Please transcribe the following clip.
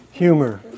Humor